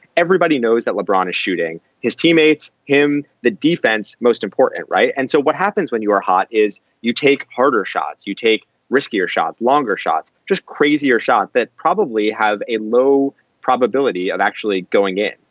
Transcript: everybody knows that lebron is shooting his teammates. him the defense most important. right. and so what happens when you are hot is you take harder shots, you take riskier shots, longer shots, just crazy or shot that probably have a low probability of actually going in.